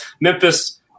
Memphis